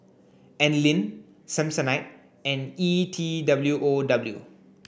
Anlene Samsonite and E T W O W